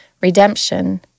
redemption